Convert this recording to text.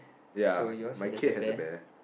ya my kate has a bear